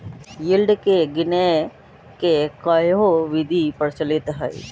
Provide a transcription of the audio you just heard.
yield के गीनेए के कयहो विधि प्रचलित हइ